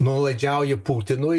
nuolaidžiauja putinui